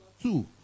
two